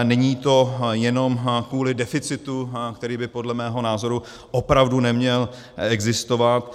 Není to jenom kvůli deficitu, který by podle mého názoru opravdu neměl existovat.